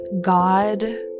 God